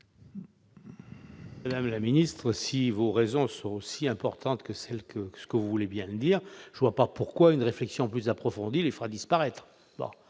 Madame la ministre, si les raisons que vous avancez sont si importantes que vous voulez bien le dire, je ne vois pas pourquoi une réflexion plus approfondie les ferait disparaître